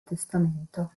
testamento